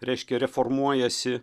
reiškia reformuojasi